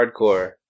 Hardcore